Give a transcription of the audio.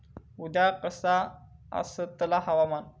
उद्या कसा आसतला हवामान?